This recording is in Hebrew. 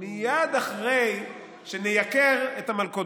מייד אחרי שנייקר את המלכודות,